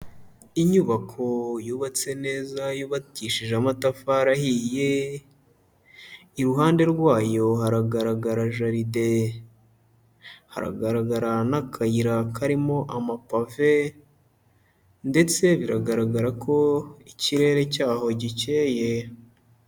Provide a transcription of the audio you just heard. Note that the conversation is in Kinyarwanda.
Inyubako yubatse neza yubakishije amatafari ahiye, iruhande rwayo haragaragara jarde, haragararana n'akayira karimo amapave ndetse biragaragara ko ikirere cyaho gikeye.